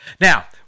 Now